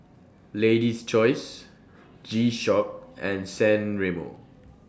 Lady's Choice G Shock and San Remo